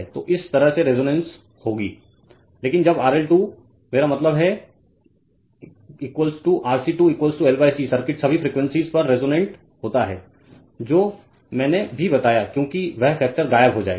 तो इस तरह से रेजोनेंस होगी लेकिन जब RL 2 मेरा मतलब है RC 2 L C सर्किट सभी फ्रीक्वेंसीज़ पर रेसोनेन्ट होता है जो मैंने भी बताया क्योंकि वह फैक्टर गायब हो जाएगा